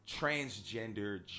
transgender